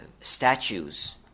statues